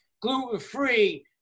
gluten-free